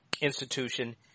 institution